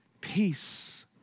peace